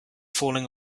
falling